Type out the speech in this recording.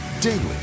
daily